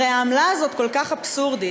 הרי העמלה הזאת כל כך אבסורדית,